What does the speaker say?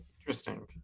interesting